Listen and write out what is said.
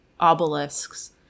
obelisks